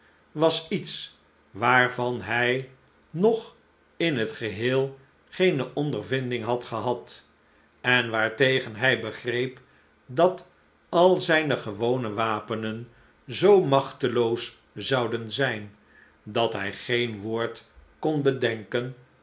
was iets waarvan hij nog in het geheel geene ondervinding had gehad en waartegen hij begreep dat al zijne gewone wapenen zoo machteloos zouden zijn dat hij geen woord kon bedenken